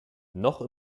noch